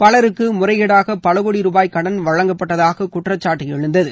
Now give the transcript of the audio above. பலருக்கு முறைகேடாக பல கோடி ரூபாய் கடன் வழங்கப்பட்டதாக குற்றக்காட்டு எழுந்தது